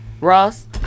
Ross